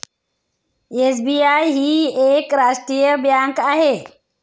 SBI ही एक राष्ट्रीय बँक आहे